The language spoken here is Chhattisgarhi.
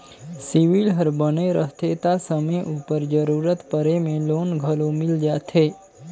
सिविल हर बने रहथे ता समे उपर जरूरत परे में लोन घलो मिल जाथे